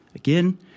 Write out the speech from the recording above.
Again